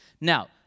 Now